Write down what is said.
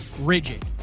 rigid